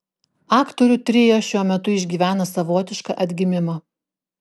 aktorių trio šiuo metu išgyvena savotišką atgimimą